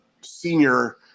Senior